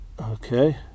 Okay